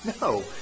No